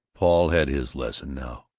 paul's had his lesson now.